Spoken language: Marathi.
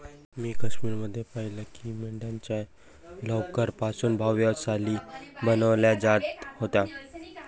मी काश्मीर मध्ये पाहिलं की मेंढ्यांच्या लोकर पासून भव्य शाली बनवल्या जात होत्या